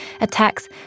Attacks